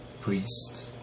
priest